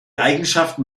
eigenschaften